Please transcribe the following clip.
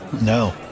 No